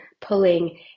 pulling